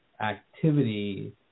activity